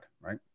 right